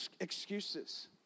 excuses